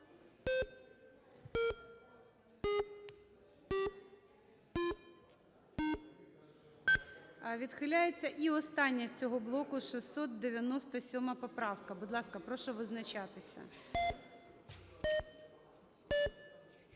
Відхиляється. І остання з цього блоку 697 поправка. Будь ласка, прошу визначатися.